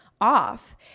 off